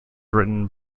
written